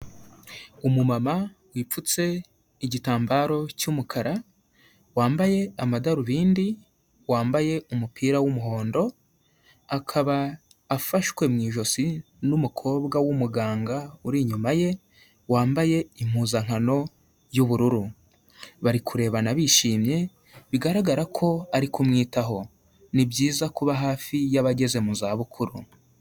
Umumama wipfutse igitambaro cy'umukara, wambaye amadarubindi, wambaye umupira w'umuhondo, akaba afashwe mu ijosi n'umukobwa w'umuganga uri inyuma ye, wambaye impuzankano y'ubururu bari kurebana bishimye, bigaragara ko ari kumwitaho, ni byiza kuba hafi y'abageze mu zabukuru.